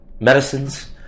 medicines